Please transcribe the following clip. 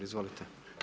Izvolite.